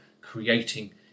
creating